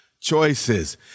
choices